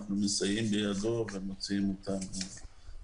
אנחנו מסייעים בידו ומוציאים אותו בהקדם.